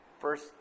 first